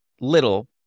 little